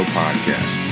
podcast